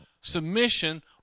Submission